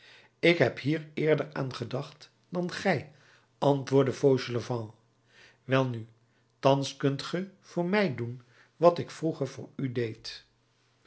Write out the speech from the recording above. ik heb hier eerder aan gedacht dan gij antwoordde fauchelevent welnu thans kunt ge voor mij doen wat ik vroeger voor u deed